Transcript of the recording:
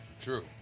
True